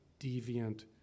deviant